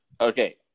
Okay